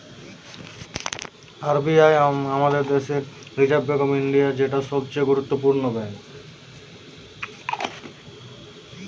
R B I আমাদের দেশের reserve bank of India, যেটা সবচে গুরুত্বপূর্ণ ব্যাঙ্ক